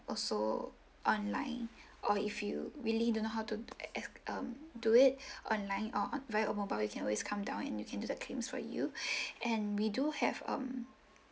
also online or if you really know how to d~ s~ um do it online or on via a mobile you can always come down and we can do the claims for you and we do have um